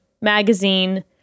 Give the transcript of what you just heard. magazine